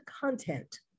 content